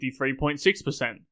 53.6%